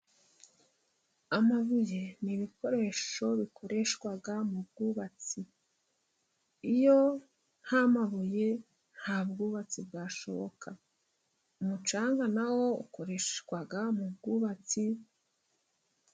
Amabuye ni ibikoresho bikoreshwa mu bwubatsi. Iyo nta mabuye nta bwubatsi bwashoboka. Umucanga na wo ukoreshwa mu bwubatsi...